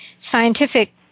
scientific